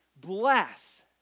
bless